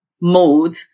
mode